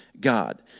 God